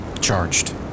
charged